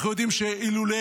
אנחנו יודעים שאילולא